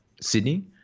Sydney